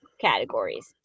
categories